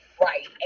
Right